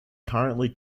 currently